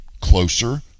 closer